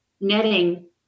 netting